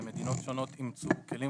מדינות שונות אימצו כלים